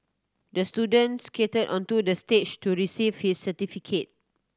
the student skated onto the stage to receive his certificate